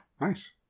Nice